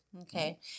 Okay